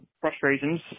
frustrations